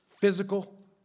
Physical